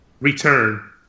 Return